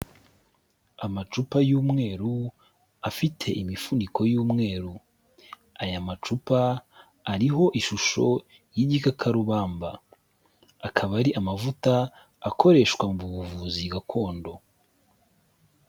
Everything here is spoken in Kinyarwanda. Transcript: Amacupa y'umweru afite imifuniko y'umweru, aya macupa ariho ishusho y'igikakarubamba, akaba ari amavuta akoreshwa mu buvuzi gakondo.